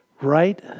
Right